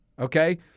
Okay